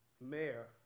mayor